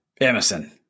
Emerson